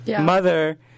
Mother